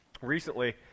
recently